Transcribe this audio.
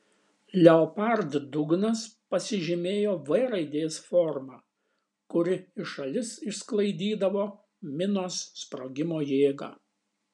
leopard dugnas pasižymėjo v raidės forma kuri į šalis išsklaidydavo minos sprogimo jėgą